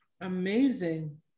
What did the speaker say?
Amazing